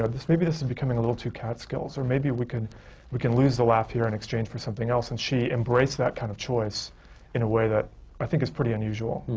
ah maybe this is becoming a little too catskills. or maybe we can we can lose the laugh here in exchange for something else. and she embraced that kind of choice in a way that i think is pretty unusual.